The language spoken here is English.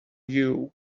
you